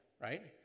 right